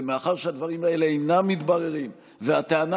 ומאחר שהדברים האלה אינם מתבררים והטענה